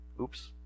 Oops